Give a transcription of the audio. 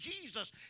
Jesus